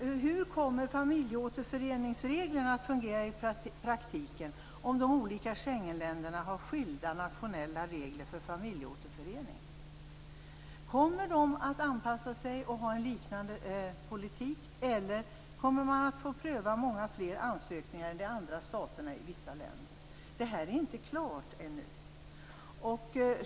Hur kommer familjeåterföreningsreglerna att fungera i praktiken om de olika Schengenländerna har skilda nationella regler? Kommer länderna att anpassa sig och ha en liknande politik, eller kommer vi i Sverige att få pröva många fler ansökningar än vad man gör i vissa länder? Detta är inte klargjort ännu.